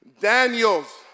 Daniel's